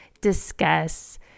discuss